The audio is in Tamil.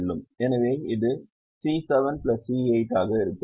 எனவே இது C7 C8 ஆக இருக்கும்